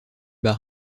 bas